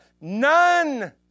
none